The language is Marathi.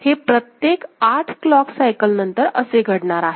हे प्रत्येक आठ क्लॉक सायकल नंतर असे घडणार आहे